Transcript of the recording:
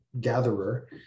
gatherer